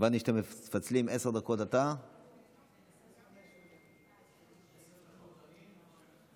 הבנתי שאתם מפצלים, עשר דקות אתה, עשר דקות אני,